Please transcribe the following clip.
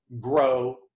grow